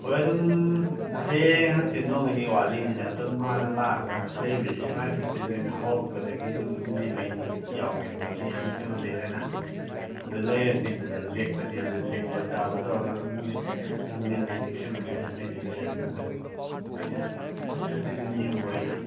ꯍꯣꯏ ꯑꯗꯨꯝ ꯍꯌꯦꯡ ꯍꯪꯆꯤꯠ ꯅꯣꯡ ꯅꯤꯅꯤ ꯋꯥꯠꯂꯤꯉꯩꯗ ꯑꯗꯨꯝ ꯍꯥꯟꯅ ꯂꯥꯛꯑꯒ ꯂꯩꯕꯁꯤ ꯁꯉꯥꯏ ꯐꯦꯁꯇꯤꯕꯦꯜ ꯍꯧꯔꯛꯄꯗꯒꯤ ꯅꯨꯃꯤꯠ ꯍꯨꯝꯅꯤ ꯃꯔꯤꯅꯤꯗꯤ ꯌꯥꯎꯒꯦꯅ ꯈꯜꯂꯤ ꯏꯃꯨꯡ ꯐꯦꯃꯤꯂꯤ ꯑꯣꯏꯅ ꯑꯗꯨ ꯂꯩꯔꯅꯤ ꯑꯗꯨꯗ ꯂꯦꯛꯄꯗꯤ ꯑꯗꯨꯗ ꯂꯦꯛꯄ ꯆꯥꯕ ꯇꯧꯔꯒ ꯑꯗꯨꯝ ꯅꯨꯃꯤꯠ ꯍꯨꯝꯅꯤ ꯃꯔꯤꯅꯤ ꯐꯦꯃꯤꯂꯤ ꯑꯣꯏꯅ ꯂꯩꯗꯤ ꯂꯩꯔꯅꯤ ꯑꯗꯨꯋꯥꯏꯗ ꯅꯣꯏ ꯑꯗꯨꯗ ꯐꯦꯁꯇꯤꯕꯦꯜ ꯌꯦꯡꯕ ꯑꯣꯏꯅ